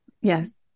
yes